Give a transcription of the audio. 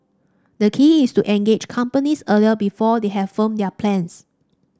the key is to engage the companies early before they have firmed up their plans